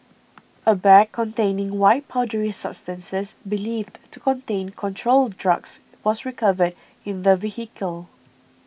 a bag containing white powdery substances believed to contain controlled drugs was recovered in the vehicle